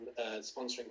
Sponsoring